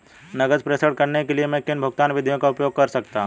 नकद प्रेषण करने के लिए मैं किन भुगतान विधियों का उपयोग कर सकता हूँ?